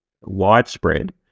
widespread